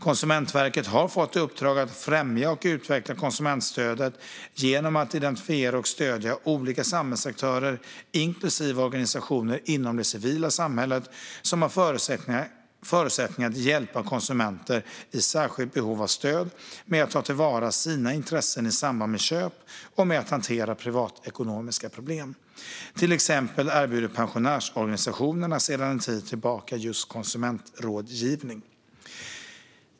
Konsumentverket har fått i uppdrag att främja och utveckla konsumentstödet genom att identifiera och stödja olika samhällsaktörer - inklusive organisationer inom det civila samhället - som har förutsättningar att hjälpa konsumenter i särskilt behov av stöd med att ta till vara sina intressen i samband med köp och med att hantera privatekonomiska problem. Till exempel erbjuder pensionärsorganisationerna sedan en tid tillbaka konsumentrådgivning.